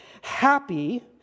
Happy